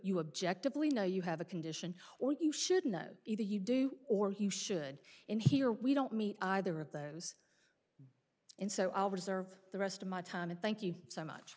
you object if we know you have a condition or you should know either you do or he should in here we don't meet either of those and so i'll reserve the rest of my time and thank you so much